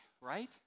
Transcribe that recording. right